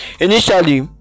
initially